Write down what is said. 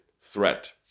threat